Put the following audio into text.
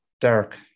Derek